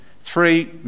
three